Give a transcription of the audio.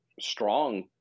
strong